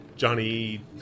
Johnny